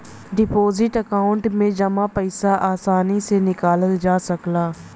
deposit account में जमा पइसा आसानी से निकालल जा सकला